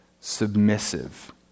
submissive